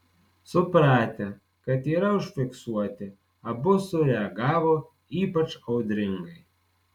supratę kad yra užfiksuoti abu sureagavo ypač audringai